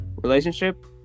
relationship